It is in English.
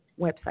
website